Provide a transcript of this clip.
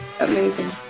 Amazing